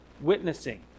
witnessing